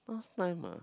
last time ah